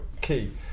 key